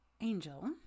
Angel